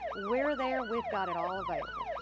we're there. we've got it all available.